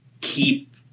keep